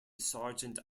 sargent